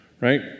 Right